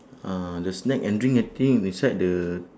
uh the snack and drink I think is beside the